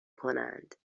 کنند